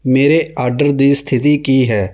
ਮੇਰੇ ਆਡਰ ਦੀ ਸਥਿਤੀ ਕੀ ਹੈ